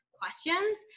questions